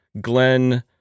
Glenn